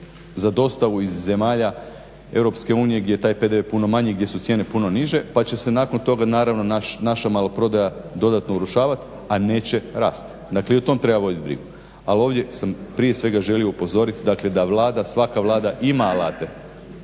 za dostavu iz zemalja EU gdje je taj PDV puno manji i gdje su cijene puno niže pa će se nakon toga naravno naša maloprodaja dodatno urušavati, a neće rasti. Dakle, i o tom treba voditi brigu. Ali ovdje sam prije svega želio upozoriti dakle da Vlada, svaka